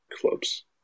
clubs